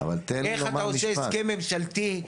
איך אתה עושה הסכם ממשלתי.